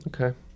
okay